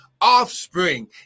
offspring